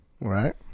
Right